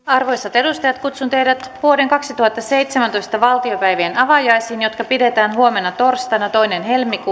arvoisat edustajat kutsun teidät vuoden kaksituhattaseitsemäntoista valtiopäivien avajaisiin jotka pidetään huomenna torstaina toinen toista kaksituhattaseitsemäntoista